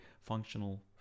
functional